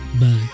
Bye